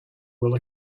will